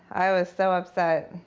i was so upset.